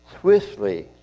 swiftly